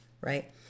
right